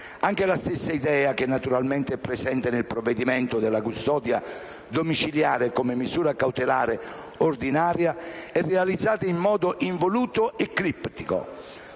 Anche la stessa idea, che naturalmente è presente nel provvedimento, della custodia domiciliare come misura cautelare ordinaria è realizzata in modo involuto e criptico.